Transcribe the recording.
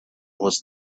was